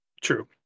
true